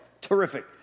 terrific